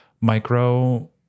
micro